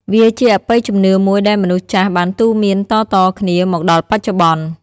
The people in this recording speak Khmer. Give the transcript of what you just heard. វាជាអបិយជំនឿមួយដែលមនុស្សចាស់បានទូន្មានតៗគ្នាមកដល់បច្ចុប្បន្ន។